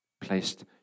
Placed